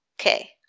okay